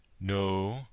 no